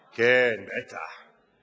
כן, בטח.